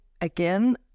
again